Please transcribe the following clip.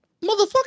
motherfucker